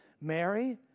Mary